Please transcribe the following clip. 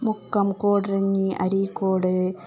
Mukkam Koodaranji Areekode